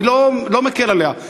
אני לא מקל עליה,